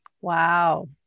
Wow